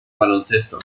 baloncesto